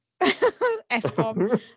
f-bomb